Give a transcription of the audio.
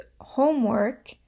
homework